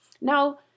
Now